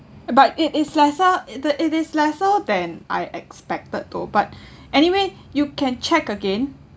but it is lesser it the it is lesser than I expected though but anyway you can check again